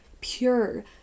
pure